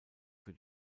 für